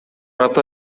ата